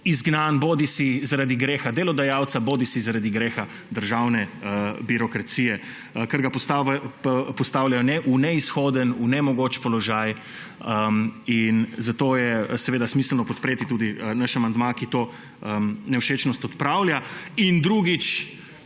izgnan bodisi zaradi greha delodajalca bodisi zaradi greha državne birokracije, ker ga postavljajo v brezizhoden, nemogoč položaj. In zato je seveda smiselno podpreti tudi naš amandma, ki to nevšečnost odpravlja. In drugič,